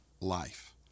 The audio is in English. life